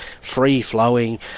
free-flowing